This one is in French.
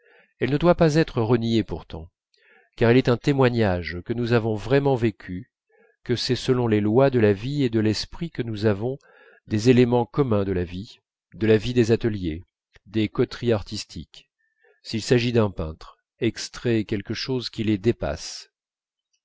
elle ne doit pas être reniée pourtant car elle est un témoignage que nous avons vraiment vécu que c'est selon les lois de la vie et de l'esprit que nous avons des éléments communs de la vie de la vie des ateliers des coteries artistiques s'il s'agit d'un peintre extrait quelque chose qui les dépasse